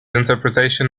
interpretation